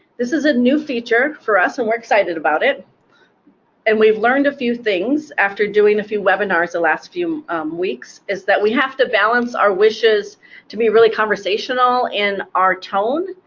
this is a new feature for us, and we're excited about it and we've learned a few things after doing a few webinars the last few weeks, is that we have to balance our wishes to be really conversational in our tone,